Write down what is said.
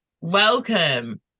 Welcome